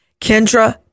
Kendra